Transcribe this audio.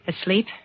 Asleep